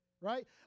right